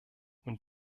und